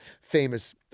famous